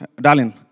darling